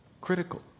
critical